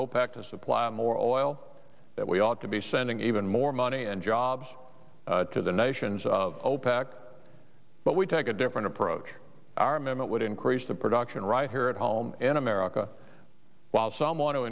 opec to supply more oil that we ought to be sending even more money and jobs to the nations of opec but we take a different approach armament would increase the production right here at home in america while some